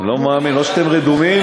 או שאתם רדומים,